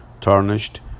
tarnished